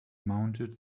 mounted